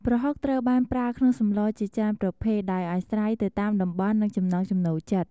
ប្រហុកត្រូវបានប្រើក្នុងសម្លជាច្រើនប្រភេទ ដោយអាស្រ័យទៅតាមតំបន់និងចំណង់ចំណូលចិត្ត។